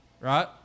Right